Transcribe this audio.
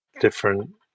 different